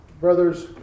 brothers